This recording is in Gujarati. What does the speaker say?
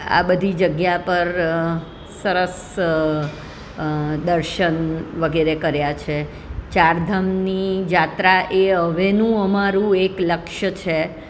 આ બધી જગ્યા પર સરસ દર્શન વગેરે કર્યા છે ચારધામની યાત્રા એ હવેનું અમારું એક લક્ષ્ય છે